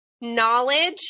knowledge